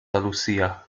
lucia